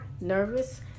nervous